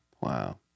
Wow